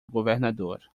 governador